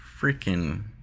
freaking